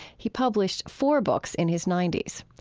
he published four books in his ninety s.